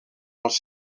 els